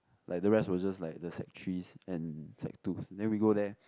like the rest was just like the sec-threes and sec-twos then we go there